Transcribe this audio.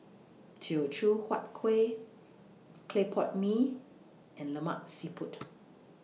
Teochew Huat Kueh Clay Pot Mee and Lemak Siput